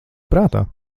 prātā